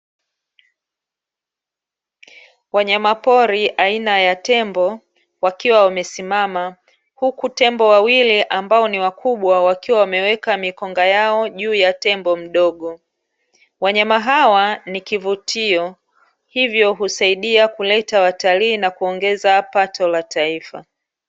Wanyama pori aina ya tembo wakiwa wamesimama huku tembo wawili ambao ni wakubwa, wakiwa wameweka mikonga yao juu ya tembo mdogo. Wanyama hawa ni kivutio hivyo husaidia kuleta watalii na kuongeza pato la taifa.